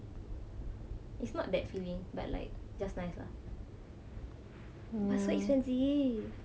it's not that filling but like just nice lah but so expensive